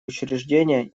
учреждения